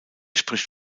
spricht